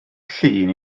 llun